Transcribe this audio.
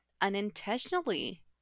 unintentionally